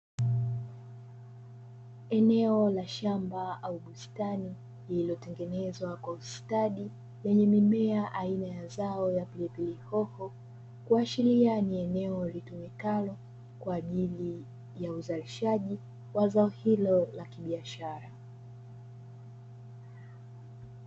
Eneo la shamba au bustani lililotengenezwa kwa ustadi lenye mimea aina ya zao la pili pili hoho, kuashiria ni eneo litumikalo kwa ajili ya uzalishaji wa zao hilo la kibiashara.